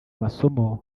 masomo